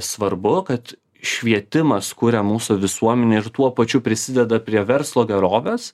svarbu kad švietimas kuria mūsų visuomenę ir tuo pačiu prisideda prie verslo gerovės